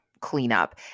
cleanup